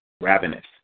Ravenous